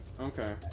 Okay